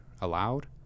allowed